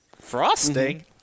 Frosting